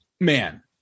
man